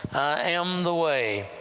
am the way,